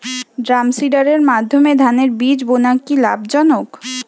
ড্রামসিডারের মাধ্যমে ধানের বীজ বোনা কি লাভজনক?